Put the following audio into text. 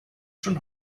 schon